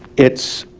it's.